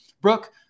Brooke